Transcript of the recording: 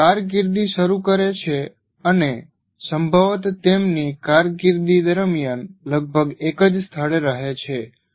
તેઓ કારકિર્દી શરૂ કરે છે અને સંભવત તેમની કારકિર્દી દરમિયાન લગભગ એક જ સ્થળે રહે છે